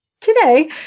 today